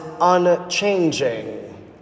unchanging